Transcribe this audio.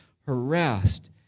harassed